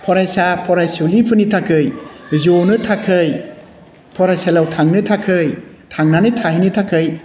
फरायसा फरायसुलिफोरनि थाखाय ज'नो थाखाय फरायसालियाव थांनो थाखाय थांनानै थाहैनो थाखाय